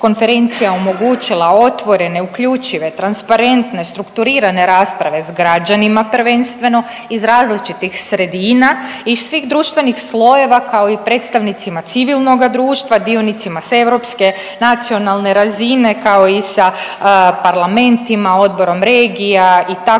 Konferencija omogućila otvorene, uključive transparentne, strukturirane rasprave s građanima prvenstveno iz različitih sredina, iz svih društvenih slojeva kao i predstavnicima civilnoga društva, dionicima sa europske, nacionalne razine kao i sa parlamentima, Odborom regija itd.